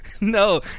no